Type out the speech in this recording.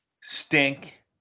Stink